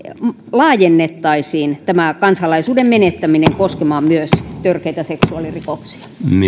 laajennettaisiin tämä kansalaisuuden menettäminen koskemaan myös törkeitä seksuaalirikoksia